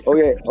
Okay